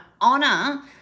Honor